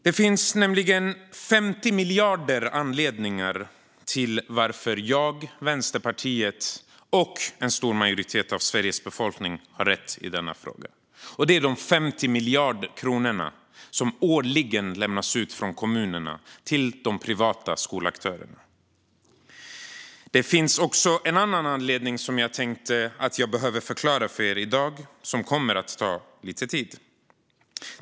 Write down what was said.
Det finns nämligen 50 miljarder anledningar till varför jag, Vänsterpartiet och en stor majoritet av Sveriges befolkning har rätt i denna fråga. Det är de 50 miljarder kronorna som årligen lämnas ut från kommunerna till de privata skolaktörerna. Det finns också en annan anledning som jag tänkte att jag behöver förklara för er i dag, och som kommer att ta lite tid.